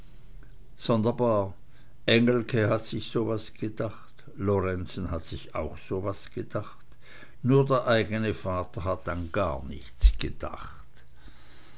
sonderbar engelke hat sich so was gedacht lorenzen hat sich auch so was gedacht nur der eigne vater hat an gar nichts gedacht